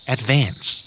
Advance